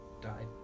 died